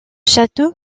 château